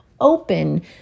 open